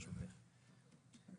ברשותך.